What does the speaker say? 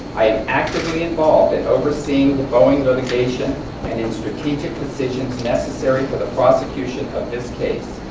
i am actively involved in overseeing the boeing litigation and in strategic decisions necessary for the prosecution of this case.